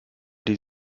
die